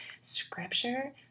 scripture